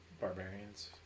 barbarians